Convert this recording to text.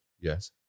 Yes